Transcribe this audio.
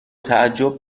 تعجب